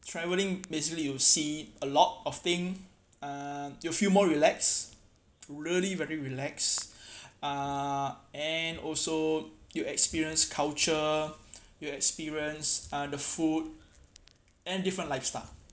travelling basically you see a lot of thing uh you feel more relax to really very relax uh and also you experience culture you experience uh the food and different lifestyle